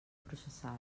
processal